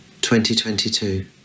2022